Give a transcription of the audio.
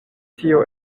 tio